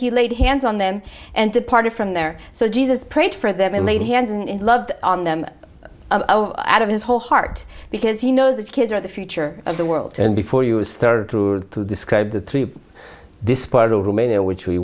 he laid hands on them and departed from there so jesus prayed for them and laid hands in love on them out of his whole heart because he knows that kids are the future of the world and before you is third to describe the three this part of rumania which we